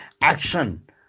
action